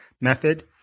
method